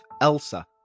Elsa